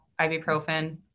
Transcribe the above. ibuprofen